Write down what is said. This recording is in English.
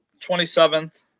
27th